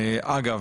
אגב,